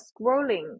scrolling